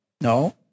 no